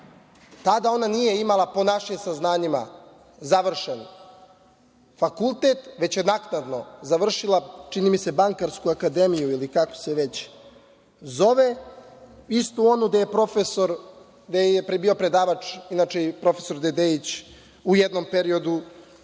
Tada ona nije imala, po našim saznanjima, završen fakultet, već je naknadno završila, čini mi se, Bankarsku akademiju ili kako se već zove, istu onu gde je predavač bio profesor Dedejić u jednom periodu.